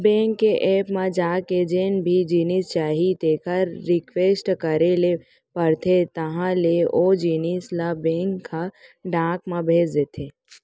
bank के app म जाके जेन भी जिनिस चाही तेकर रिक्वेस्ट करे ल परथे तहॉं ले ओ जिनिस ल बेंक ह डाक म भेज देथे